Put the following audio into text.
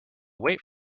wait